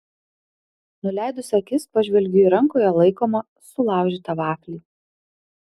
nuleidusi akis pažvelgiu į rankoje laikomą sulaužytą vaflį